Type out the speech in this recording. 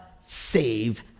save